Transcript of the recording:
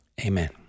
Amen